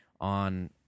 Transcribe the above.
on